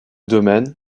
domaine